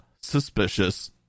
Suspicious